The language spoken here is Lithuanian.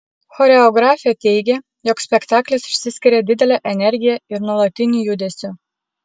choreografė teigia jog spektaklis išsiskiria didele energija ir nuolatiniu judesiu